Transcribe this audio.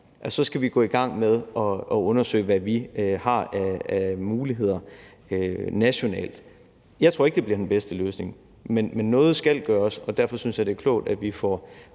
så skal vi gå i gang med at undersøge, hvad vi har af muligheder nationalt. Jeg tror ikke, det bliver den bedste løsning, men noget skal gøres, og derfor synes jeg, det er klogt, at vi får